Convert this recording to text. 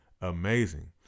amazing